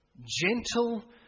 gentle